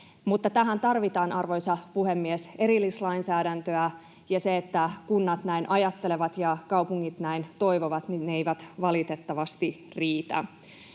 tähän tarvitaan, arvoisa puhemies, erillislainsäädäntöä. Se, että kunnat näin ajattelevat ja kaupungit näin toivovat, ei valitettavasti riitä.